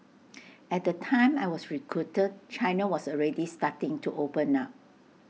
at the time I was recruited China was already starting to open up